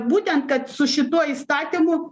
būtent kad su šituo įstatymu